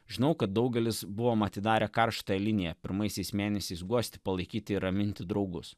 žinau kad daugelis buvome atidarę karštąją liniją pirmaisiais mėnesiais guosti palaikyti raminti draugus